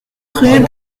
rue